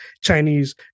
chinese